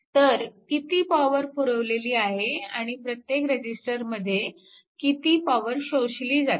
तर किती पॉवर पुरवलेली आहे आणि प्रत्येक रेजिस्टरमध्ये किती पॉवर शोषली जाते